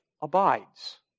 abides